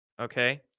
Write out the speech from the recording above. Okay